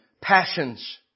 Passions